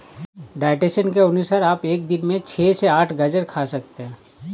dietitian के अनुसार आप एक दिन में छह से आठ गाजर खा सकते हैं